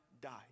died